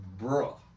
Bruh